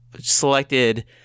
selected